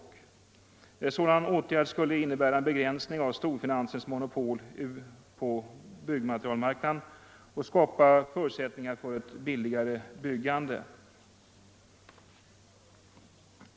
En sådan åtgärd skulle innebära en begränsning av storfinansens monopol på byggmaterialmarknaden och skapa förutsättningar för ett billigare byggande.